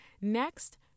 Next